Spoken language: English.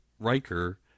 riker